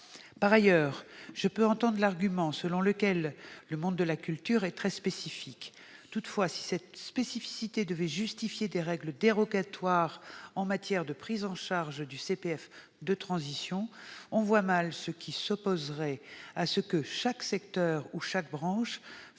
Par ailleurs, je peux comprendre l'argument selon lequel le monde de la culture est très spécifique. Toutefois, si cette spécificité devait justifier la mise en oeuvre de règles dérogatoires pour la prise en charge du CPF de transition, on voit mal ce qui s'opposerait à ce que chaque secteur ou chaque branche